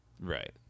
Right